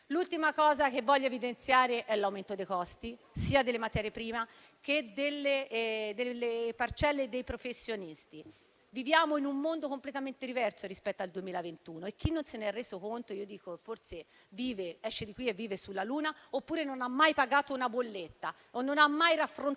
L'ultima cosa che voglio evidenziare è l'aumento dei costi, sia delle materie prime sia delle parcelle dei professionisti. Viviamo in un mondo completamente diverso rispetto a quello del 2021 e chi non se ne è reso conto forse vive sulla luna oppure non ha mai pagato una bolletta o non ha mai raffrontato